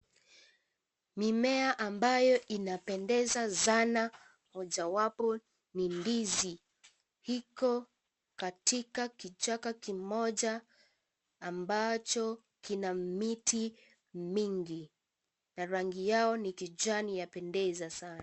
Mimea ambayo inapendeza sana mojawapo ni ndizi. Iko katika kichaka kimoja ambacho kina miti mingi na rangi yao ni kijani, yapendeza Sana.